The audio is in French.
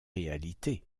réalité